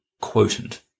quotient